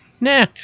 Nah